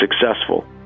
successful